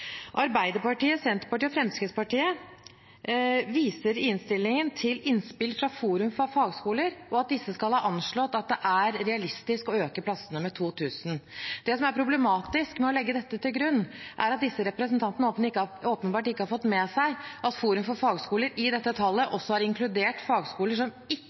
Arbeiderpartiet, Senterpartiet og Fremskrittspartiet viser i innstillingen til innspill fra Forum for fagskoler og at disse skal ha anslått at det er realistisk å øke antallet plasser med 2 000. Det som er problematisk ved å legge dette til grunn, er at disse representantene åpenbart ikke har fått med seg at Forum for fagskoler i dette tallet også har inkludert fagskoler som